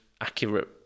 accurate